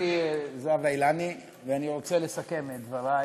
גברתי זהבה אילני, ואני רוצה לסכם את דברי